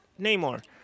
Namor